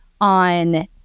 on